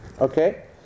Okay